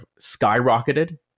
skyrocketed